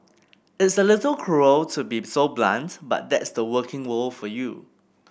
it's a little cruel to be so blunt but that's the working world for you